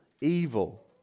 evil